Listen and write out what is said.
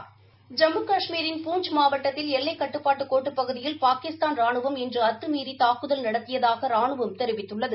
ஐம்மு கஷ்மீரின் பூஞ்ச் மாவட்ட்தில் எல்லைக் கட்டுப்பாட்டு கோட்டுப் பகுதியில் பாகிஸ்தான் ராணுவம் இன்று அத்தமீறி தாக்குதல் நடத்தியதாக ராணுவம் தெரிவித்துள்ளது